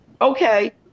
Okay